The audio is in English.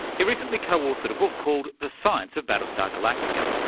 he recently co-authored a book called the science of battlestar galactica.